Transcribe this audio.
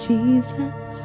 Jesus